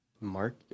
Mark